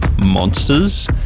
monsters